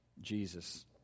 Jesus